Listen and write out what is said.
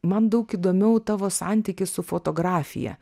man daug įdomiau tavo santykis su fotografija